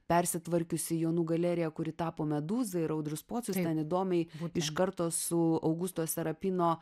persitvarkiusi jonų galerija kuri tapo medūza ir audrius pocius ten įdomiai iš karto su augusto serapino